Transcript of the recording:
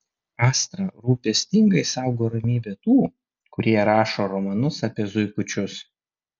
astra rūpestingai saugo ramybę tų kurie rašo romanus apie zuikučius